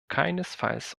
keinesfalls